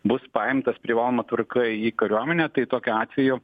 bus paimtas privaloma tvarka į kariuomenę tai tokiu atveju